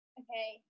okay